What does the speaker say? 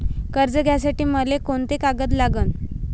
कर्ज घ्यासाठी मले कोंते कागद लागन?